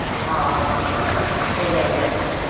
ꯑꯧ ꯑ ꯀꯩ ꯂꯩꯔꯦ